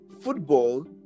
football